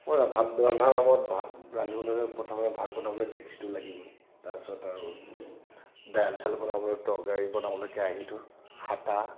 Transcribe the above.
মোৰ ভাত ৰন্ধাৰ সময়ত ভাত ৰান্ধিবলৈ প্ৰথমে ভাত বনাবলৈ ডেকচিটো লাগিবই তাৰপিছত আৰু দাইল চাইল বনাবলৈ তৰকাৰি বনাবলৈ কেৰাহিটো হেতা